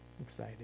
excited